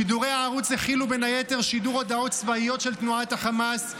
שידורי הערוץ הכילו בין היתר שידורי הודעות צבאיות של תנועת החמאס,